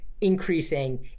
increasing